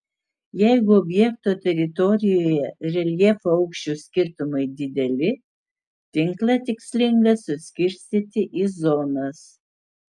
jeigu objekto teritorijoje reljefo aukščių skirtumai dideli tinklą tikslinga suskirstyti į zonas